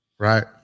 right